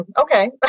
okay